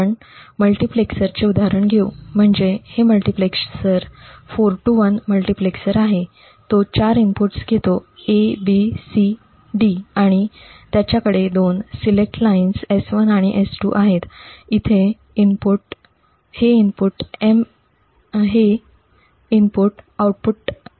आपण मल्टीप्लेक्सरचे उदाहरण घेऊ म्हणजे हे मल्टीप्लेक्सर '4' to '1' मल्टीप्लेक्सर आहे तो चार इनपुट्स घेतो A B C D आणि त्याचा कडे दोन सिलेक्ट लाईन्स S1 आणि S2 आहेत आणि हे इनपुट आउटपुट M मध्ये मल्टिप्लेक्स करते